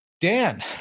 Dan